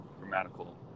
grammatical